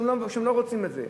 שהם לא רוצים את זה.